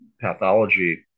pathology